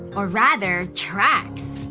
or rather, tracks.